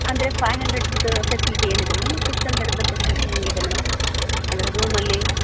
ಅಂದರೆ ಫೈವ್ ಹಂಡ್ರೆಡ್ದು ಫೆಸಿಲಿಟಿ ಏನಿದೆ ಮೇಡಮ್ ಸಿಕ್ಸ್ ಹಂಡ್ರೆಡ್ದು ಫೆಸಿಲಿಟಿ ಹೇಗಿದೆ ಮೇಡಮ್ ಅಂದರೆ ರೂಮಲ್ಲಿ